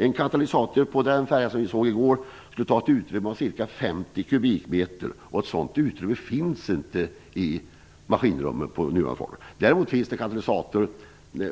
En katalysator på denna färja skulle kräva ett utrymme om ca 50 kubikmeter, och ett sådant utrymme finns inte i maskinrummet. Däremot finns katalysator